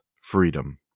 freedom